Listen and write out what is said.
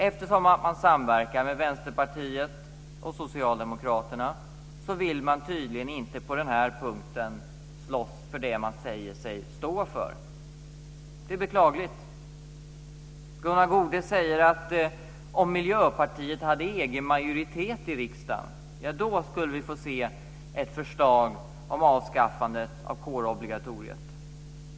Eftersom man samverkar med Vänsterpartiet och Socialdemokraterna, vill man tydligen inte på den här punkten slåss för det man säger sig stå för. Det är beklagligt. Gunnar Goude säger att om Miljöpartiet hade egen majoritet i riksdagen, då skulle vi få se ett förslag om avskaffande av kårobligatoriet.